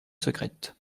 secrète